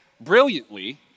brilliantly